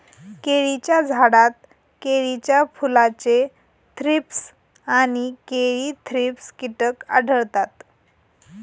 केळीच्या झाडात केळीच्या फुलाचे थ्रीप्स आणि केळी थ्रिप्स कीटक आढळतात